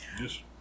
Yes